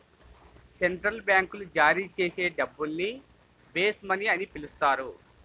central బ్యాంకులు జారీ చేసే డబ్బుల్ని బేస్ మనీ అని పిలుస్తారు